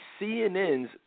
CNN's